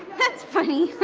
that's funny.